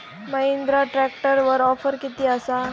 महिंद्रा ट्रॅकटरवर ऑफर किती आसा?